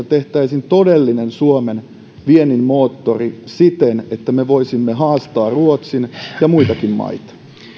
tehtäisiin todellinen suomen viennin moottori siten että me voisimme haastaa ruotsin ja muitakin maita